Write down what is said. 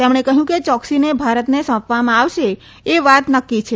તેમણે કહયું કે ચોકસીને ભારતને સોંપવામાં આવશે એ વાત નકી છે